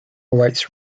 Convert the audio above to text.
writes